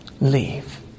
leave